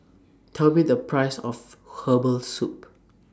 Tell Me The Price of Herbal Soup